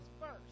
first